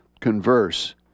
converse